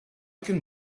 can